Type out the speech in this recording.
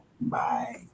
Bye